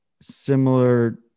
Similar